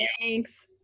Thanks